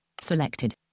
selected